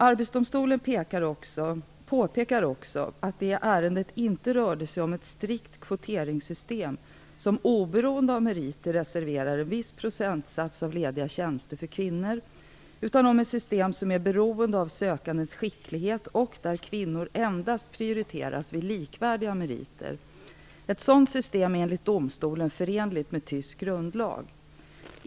Arbetsdomstolen påpekar också att det i ärendet inte rörde sig om ett strikt kvoteringssystem som oberoende av meriter reserverar en viss procentsats av lediga tjänster för kvinnor, utan om ett system som är beroende av sökandes skicklighet och där kvinnor endast prioriteras vid likvärdiga meriter. Ett sådant system är enligt domstolen förenligt med tysk grundlag.